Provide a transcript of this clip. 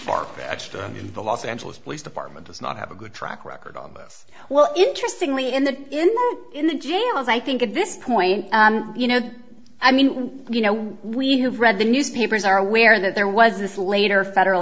for the los angeles police department does not have a good track record on this well interestingly in the in the in the jails i think at this point you know i mean you know we have read the newspapers are aware that there was this later federal